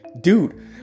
Dude